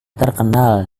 terkenal